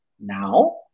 Now